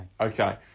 Okay